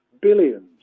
billions